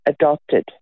adopted